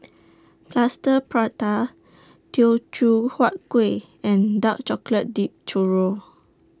Plaster Prata Teochew Huat Kuih and Dark Chocolate Dipped Churro